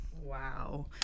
Wow